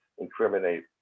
incriminate